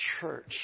church